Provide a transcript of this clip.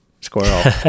squirrel